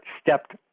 stepped